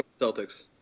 Celtics